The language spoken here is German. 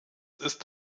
ist